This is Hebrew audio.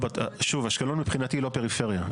אשקלון מבחינתי היא לא פריפריה.